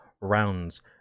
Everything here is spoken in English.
rounds